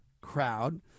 crowd